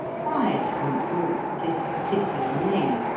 why, once more, this particular name,